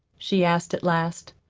she asked at last.